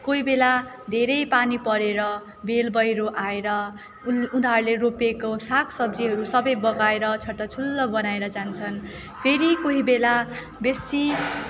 कोही बेला धेरै पानी परेर भेल पहिरो आएर उन् उनीहरूले रोपेको सागसब्जीहरू सबै बगाएर छताछुल्ल बनाएर जान्छन् फेरि कोही बेला बेसी